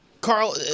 Carl